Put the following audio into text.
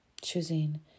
choosing